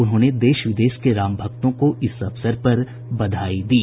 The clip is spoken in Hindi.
उन्होंने देश विदेश के रामभक्तों को इस अवसर पर बधाई दी